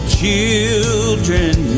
children